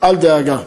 אל דאגה: